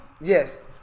Yes